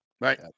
right